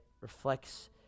reflects